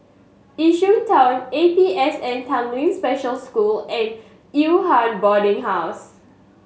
Yishun Town A P S N Tanglin Special School and Yew Hua Boarding House